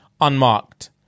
unmarked